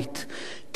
טיטוס בנו,